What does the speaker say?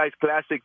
classic